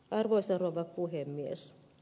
arvoisa rouva puhemies